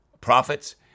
prophets